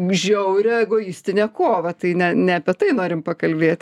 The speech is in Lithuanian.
žiaurią egoistinę kovą tai ne ne apie tai norim pakalbėt